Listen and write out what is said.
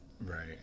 right